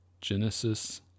Genesis